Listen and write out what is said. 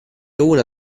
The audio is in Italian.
una